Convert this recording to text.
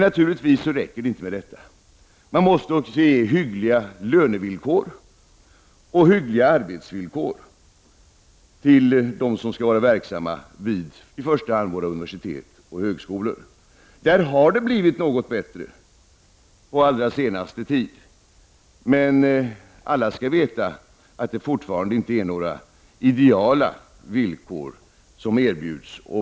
Naturligtvis räcker det inte med detta, man måste också erbjuda hyggliga löneoch arbetsvillkor till dem som i första hand skall vara verksamma vid våra universitet och högskolor. Det har blivit något bättre under den allra senaste tiden, men alla skall veta att det fortfarande inte är några idealiska villkor som erbjuds.